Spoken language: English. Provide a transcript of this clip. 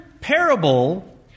parable